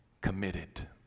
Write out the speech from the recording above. committed